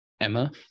Emma